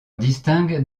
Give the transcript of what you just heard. distingue